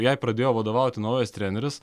jai pradėjo vadovauti naujas treneris